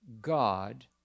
God